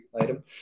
item